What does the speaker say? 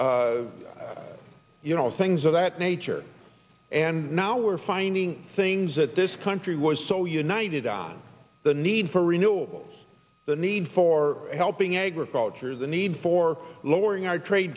sun you know things of that nature and now we're finding things that this country was so united on the need for renewables the need for helping agriculture the need for lowering our trade